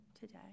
today